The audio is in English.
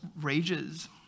rages